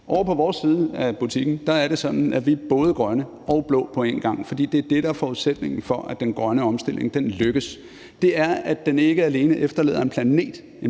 Ovre på vores side af butikken, er det sådan, at vi både er grønne og blå på en gang, for det er det, der er forudsætningen for, at den grønne omstilling lykkes. Det er, at den ikke alene efterlader en bedre